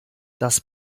das